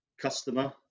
customer